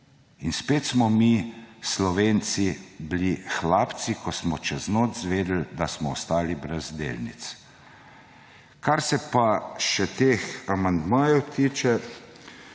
In spet smo mi, Slovenci bili hlapci, ko smo čez noč izvedeli, da smo ostali brez delnic. Kar se pa še teh amandmajev tiče,